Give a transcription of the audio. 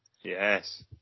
Yes